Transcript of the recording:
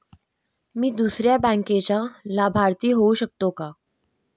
मी दुसऱ्या बँकेचा लाभार्थी होऊ शकतो का?